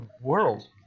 world